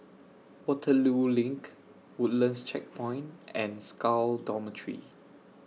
Waterloo LINK Woodlands Checkpoint and Scal Dormitory